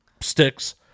sticks